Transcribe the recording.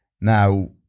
Now